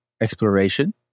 Exploration